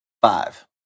Five